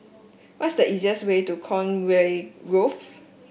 what is the easiest way to Conway Grove